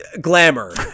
Glamour